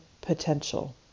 potential